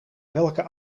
welke